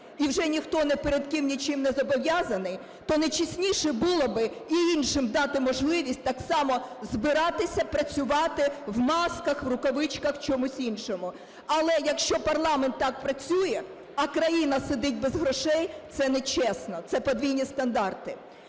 і вже ніхто не перед ким нічим незобов'язаний, то не чесніше було би і іншим дати можливість так само збиратися, працювати в масках, в рукавичках, в чомусь іншому? Але, якщо парламент так працює, а країна сидить без грошей, це нечесно, це подвійні стандарти.